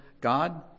God